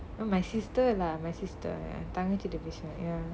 well my sister lah my sister ya என் தங்கச்சிகிட்ட பேசுனேன்:en thangachikitta peasunan ya